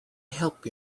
help